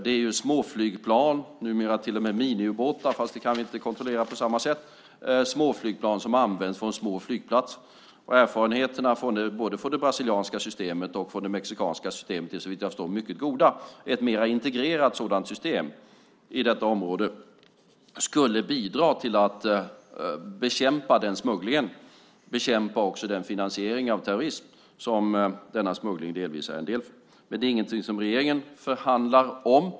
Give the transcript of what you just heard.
Det handlar om småflygplan - numera till och med miniubåtar, fast det kan vi inte kontrollera på samma sätt - som används från små flygplatser. Erfarenheterna från både det brasilianska och det mexikanska systemet är såvitt jag förstår mycket goda. Ett mer integrerat sådant system i detta område skulle bidra till att bekämpa den smugglingen och också bekämpa den finansiering av terrorism som denna smuggling delvis är en del av. Men det är ingenting som regeringen förhandlar om.